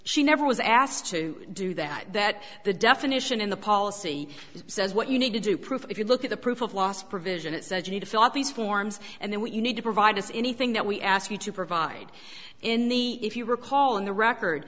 she never was asked to do that that the definition in the policy says what you need to do proof if you look at the proof of last provision it says you need to fill out these forms and then what you need to provide us anything that we ask you to provide in the if you recall in the record